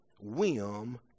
whim